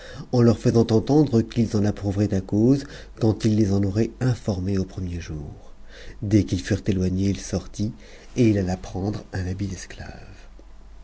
en leur taisant entendre qu'i s j vcraientta cause quand il les en aurait informés au premier jour ts furent c o gnës il sorttt et il a a prendre un habit d'esclave